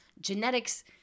Genetics